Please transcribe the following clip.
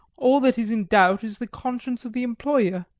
all that is in doubt is the conscience of the employer,